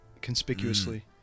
conspicuously